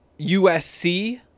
USC